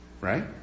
right